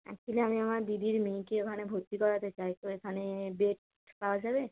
actually আমি আমার দিদির মেয়েকে ওখানে ভর্তি করাতে চাই তো এখানে বেড পাওয়া যাবে